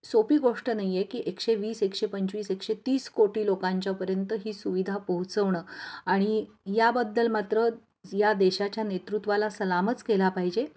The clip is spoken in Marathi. सोपी गोष्ट नाही आहे की एकशे वीस एकशे पंचवीस एकशे तीस कोटी लोकांच्या पर्यंत ही सुविधा पोहचवणं आणि याबद्दल मात्र या देशाच्या नेतृत्वाला सलामच केला पाहिजे